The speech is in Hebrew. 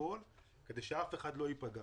הכול כדי שאף אחד לא ייפגע,